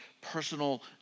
personal